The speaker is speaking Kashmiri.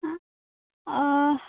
آ